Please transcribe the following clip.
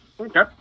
Okay